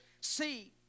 see